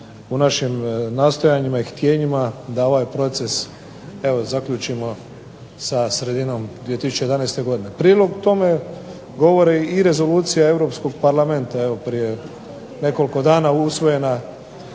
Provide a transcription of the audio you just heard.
u našim nastojanjima i htijenjima da ovaj proces zaključimo sa sredinom 2011. godine. U prilog tome govori rezolucija Europskog parlamenta prije nekoliko dana usvojena